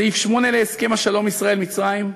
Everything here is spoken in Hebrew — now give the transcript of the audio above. סעיף 8 להסכם השלום ישראל מצרים,